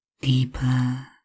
deeper